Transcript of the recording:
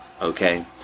okay